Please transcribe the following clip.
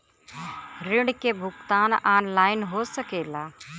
ऋण के भुगतान ऑनलाइन हो सकेला?